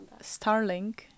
Starlink